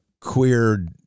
queer